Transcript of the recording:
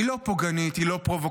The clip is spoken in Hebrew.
היא לא פוגענית, היא לא פרובוקטיבית,